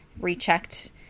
rechecked